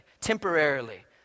temporarily